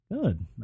Good